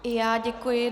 I já děkuji.